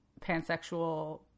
pansexual